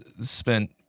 spent